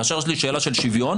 כאשר יש לי שאלה של שוויון,